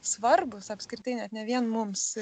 svarbūs apskritai net ne vien mums